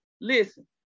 Listen